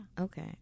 Okay